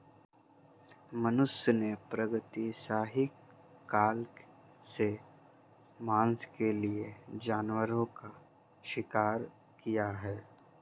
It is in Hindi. मनुष्यों ने प्रागैतिहासिक काल से मांस के लिए जानवरों का शिकार किया है